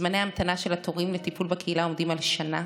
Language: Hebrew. זמני המתנה בתורים לטיפול בקהילה עומדים על שנה.